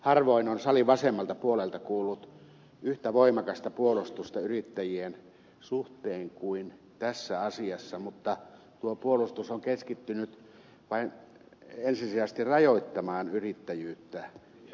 harvoin on salin vasemmalta puolelta kuulunut yhtä voimakasta puolustusta yrittäjien suhteen kuin tässä asiassa mutta tuo puolustus on keskittynyt ensisijaisesti vain rajoittamaan yrittäjyyttä ja yrittämisaikaa